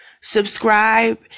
Subscribe